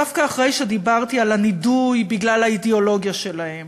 דווקא אחרי שדיברתי על הנידוי בגלל האידיאולוגיה שלהם